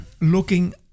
looking